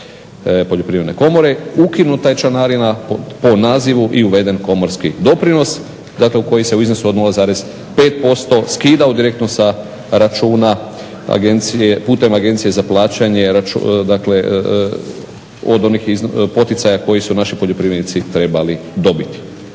Poljoprivredne komore ukinuta je članarina po nazivu i uveden komorski doprinos koji se u iznosu od 0,5% skidao direktno sa računa putem Agencije za plaćanje, dakle od onih poticaja koji su naši poljoprivrednici trebali dobiti.